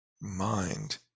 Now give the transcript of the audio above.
mind